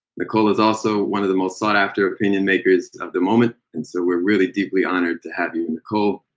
nikole is also one of the most sought after opinion makers of the moment, and so we're really deeply honored to have you, and nikole,